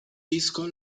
disco